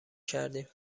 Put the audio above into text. کردیم